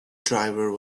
driver